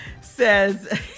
says